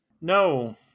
No